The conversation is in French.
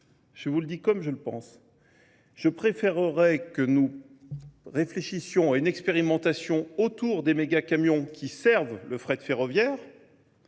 Je vous le dis comme je le pense. Je préférerais que nous réfléchissions à une expérimentation autour des mégacamiens qui servent le frais de ferroviaire.